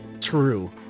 true